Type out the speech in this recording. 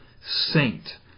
saint